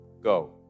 Go